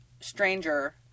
stranger